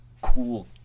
cool